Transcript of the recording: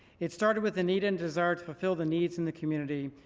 it started with the need and desire to fulfill the needs in the community.